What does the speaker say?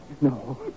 No